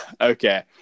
okay